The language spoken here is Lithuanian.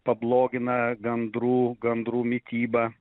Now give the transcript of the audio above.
pablogina gandrų gandrų mitybą